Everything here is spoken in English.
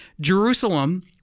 Jerusalem